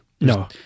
No